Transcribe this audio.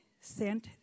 sent